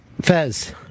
Fez